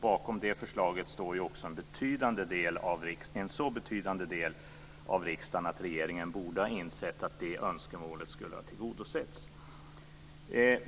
Bakom det förslaget står också en så betydande del av riksdagen att regeringen borde ha insett att det önskemålet skulle ha tillgodosetts.